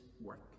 work